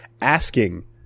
asking